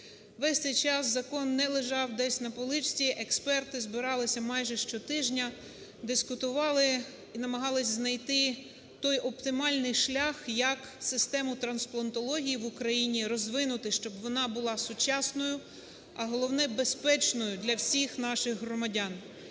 Весь цей час закон не лежав десь на поличці, експерти збиралися майже щотижня, дискутували і намагалися знайти той оптимальний шлях, як систему трансплантології в Україні розвинути, щоб вона була сучасною, а головне безпечною для всіх наших громадян